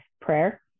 prayer